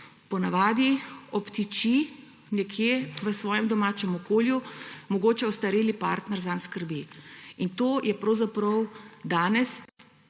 Ponavadi obtiči nekje v svojem domačem okolju, mogoče ostareli partner zanjo skrbi in to je pravzaprav danes